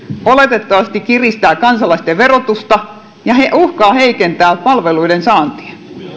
oletettavasti malli kiristää kansalaisten verotusta ja uhkaa heikentää palveluiden saantia